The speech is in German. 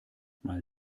mal